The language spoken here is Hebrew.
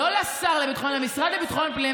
לא לשר לביטחון פנים,